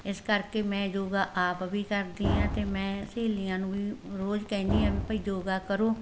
ਇਸ ਕਰਕੇ ਮੈਂ ਯੋਗਾ ਆਪ ਵੀ ਕਰਦੀ ਹਾਂ ਅਤੇ ਮੈਂ ਸਹੇਲੀਆਂ ਨੂੰ ਵੀ ਰੋਜ਼ ਕਹਿਦੀ ਹਾਂ ਵੀ ਭਾਈ ਯੋਗਾ ਕਰੋ